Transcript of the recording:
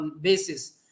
Basis